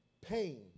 pain